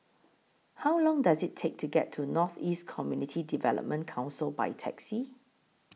How Long Does IT Take to get to North East Community Development Council By Taxi